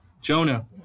Jonah